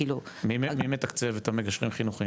מי מתקצב את המגשרים החינוכיים?